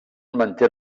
manté